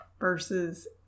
versus